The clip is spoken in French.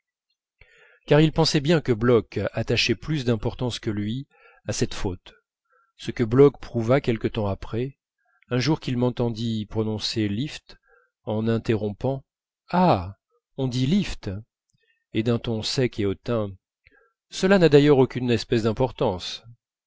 car il pensait bien que bloch attachait plus d'importance que lui à cette faute ce que bloch prouva quelque temps après un jour qu'il m'entendit prononcer lift en interrompant ah on dit lift et d'un ton sec et hautain cela n'a d'ailleurs aucune espèce d'importance